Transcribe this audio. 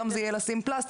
היום זה יהיה לשים פלסטר,